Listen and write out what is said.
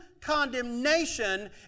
condemnation